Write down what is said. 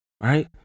right